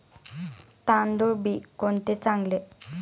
तांदूळ बी कोणते चांगले?